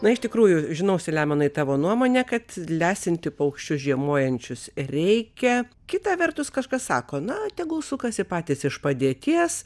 na iš tikrųjų žinosi leonai tavo nuomone kad lesinti paukščių žiemojančius reikia kita vertus kažkas sako na tegul sukasi patys iš padėties